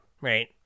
Right